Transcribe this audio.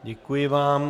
Děkuji vám.